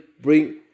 bring